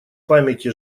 памяти